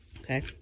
Okay